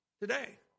today